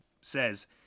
says